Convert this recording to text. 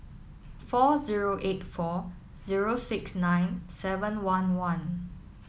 four zero eight four zero six nine seven one one